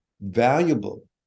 valuable